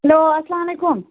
hello اسلام علیکُم